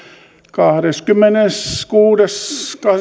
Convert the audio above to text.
kahdeskymmeneskuudes viiva